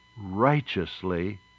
righteously